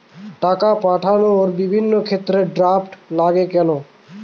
টাকা পাঠানোর বিভিন্ন ক্ষেত্রে ড্রাফট লাগে কেন?